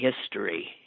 history